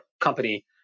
company